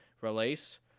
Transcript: release